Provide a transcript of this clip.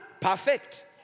perfect